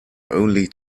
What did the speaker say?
only